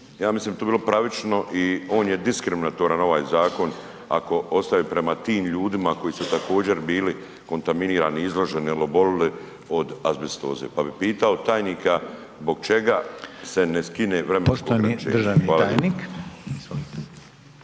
Ja mislim da bi to bilo pravično i on je diskriminatoran ovaj zakon ako ostaje prema tim ljudima koji su također bili kontaminirani, izloženi ili obolili od azbestoze. Pa bi pitao tajnika zbog čega se skine vremensko